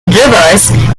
northern